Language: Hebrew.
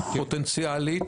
פוטנציאלית,